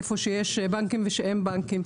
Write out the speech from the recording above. איפה שיש בנקים ואין בנקים.